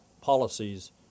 policies